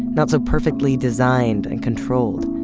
not so perfectly designed and controlled.